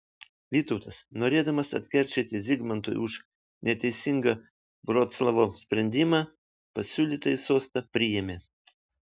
vytautas norėdamas atkeršyti zigmantui už neteisingą vroclavo sprendimą pasiūlytąjį sostą priėmė